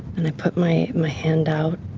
and i put my my hand out.